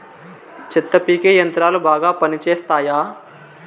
చెత్త పీకే యంత్రాలు బాగా పనిచేస్తాయా?